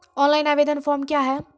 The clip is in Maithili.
ऑनलाइन आवेदन फॉर्म क्या हैं?